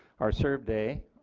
our survey